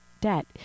debt